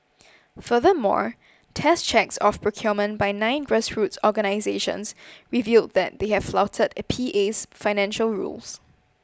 furthermore test checks of procurement by nine grassroots organisations revealed that they have flouted PA's financial rules